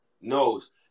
knows